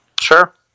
Sure